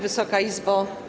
Wysoka Izbo!